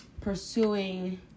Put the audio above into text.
pursuing